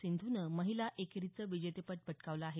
सिंधूनं महिला एकेरीचं विजेतेपद पटकावलं आहे